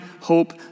hope